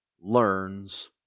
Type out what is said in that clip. learns